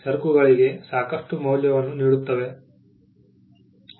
3